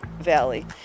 Valley